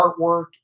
artwork